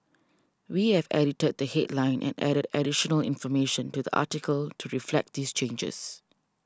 we have edited the headline and added additional information to the article to reflect these changes